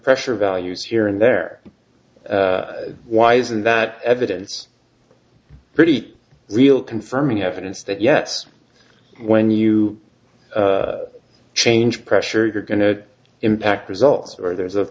pressure values here and there why isn't that evidence pretty real confirming evidence that yes when you change pressure you're going to impact results or there's a